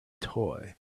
toy